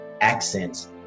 accents